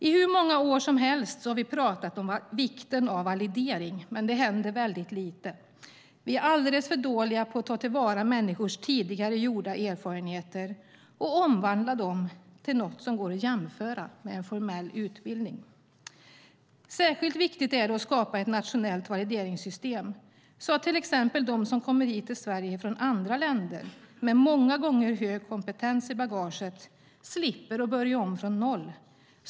I hur många år som helst har vi talat om vikten av validering, men det händer väldigt lite. Vi är alldeles för dåliga på att ta till vara människors tidigare gjorda erfarenheter och omvandla dem till något som går att jämföra med en formell utbildning. Särskilt viktigt är det att skapa ett nationellt valideringssystem så att till exempel de som kommer hit till Sverige från andra länder med många gånger hög kompetens i bagaget slipper att börja om från noll.